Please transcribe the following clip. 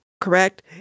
correct